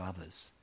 others